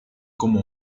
como